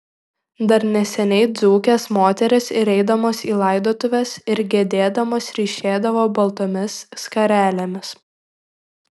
dar neseniai dzūkės moterys ir eidamos į laidotuves ir gedėdamos ryšėdavo baltomis skarelėmis